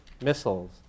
missiles